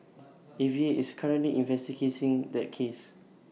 A V A is currently investigating that case